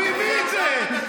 והוא הביא את זה.